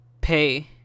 pay